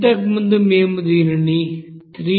ఇంతకుముందు మేము దీనిని 38091